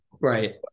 right